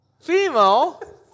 Female